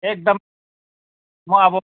एकदम म अब